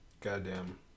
Goddamn